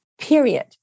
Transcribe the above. period